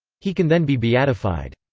he can then be beatified.